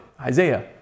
Isaiah